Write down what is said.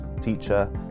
teacher